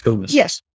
Yes